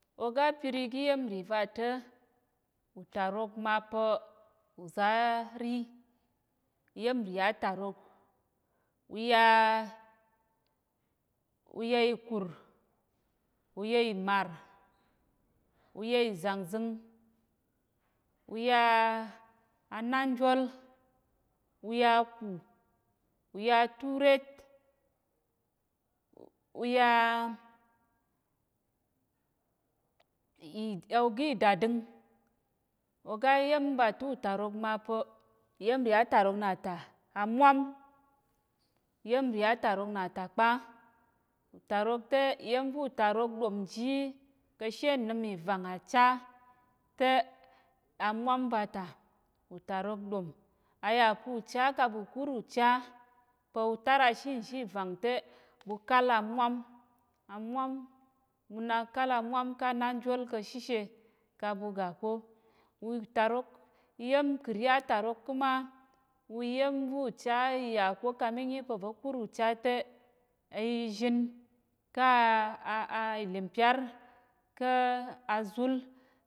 Oga pir igi yemri vata̱ utarok mapa̱ uza ri yemri atarok uya uye kur uye imar uye zangzing uya ananjól uya kù uya turet uya ogi dading ogayem vata̱ utarok mapa̱ iyemri atarok nata amyam iyemri atarok nata kpa utarok te iyem va̱ utarok ɗomji kashe nim ivang acha te amwam vata utarok ɗom ayapu cha kaɓu kur ucha pa̱ utar ashi nzhi ivang te ɓu kal amwam amwam ɓunak kal amwam ka nanjol kashishe kaɓu ga ko utarok iyemka̱ri ma iyem vu cha iya ko kami nyi pa̱ uza kur ucha te izhin ka a inimpyár ka̱ azul